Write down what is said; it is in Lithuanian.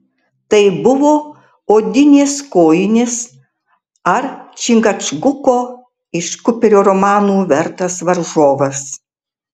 tai buvo odinės kojinės ar čingačguko iš kuperio romanų vertas varžovas